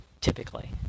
typically